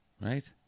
Right